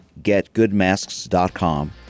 getgoodmasks.com